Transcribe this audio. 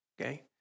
okay